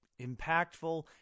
impactful